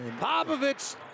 Popovich